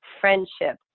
friendship